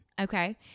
Okay